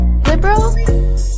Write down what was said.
liberal